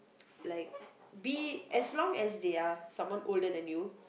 like be as long as they are someone older than you